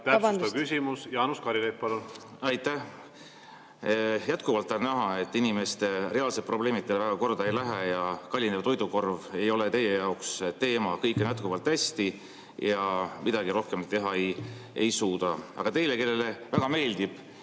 Täpsustav küsimus, Jaanus Karilaid, palun! Aitäh! Jätkuvalt on näha, et inimeste reaalsed probleemid teile väga korda ei lähe ja kallinev toidukorv ei ole teie jaoks teema. Kõik on jätkuvalt hästi ja midagi rohkem te teha ei suuda. Kuna teile väga meeldib